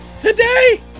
today